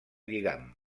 lligam